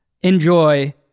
Enjoy